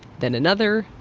then another,